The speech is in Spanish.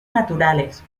naturales